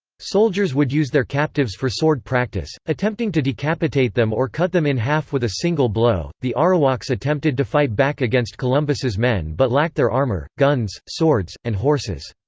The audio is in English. soldiers would use their captives for sword practice, attempting to decapitate them or cut them in half with a single blow the arawaks attempted to fight back against columbus's men but lacked their armor, guns, swords, and horses.